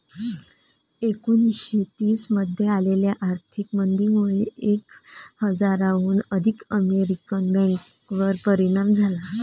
एकोणीसशे तीस मध्ये आलेल्या आर्थिक मंदीमुळे एक हजाराहून अधिक अमेरिकन बँकांवर परिणाम झाला